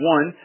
One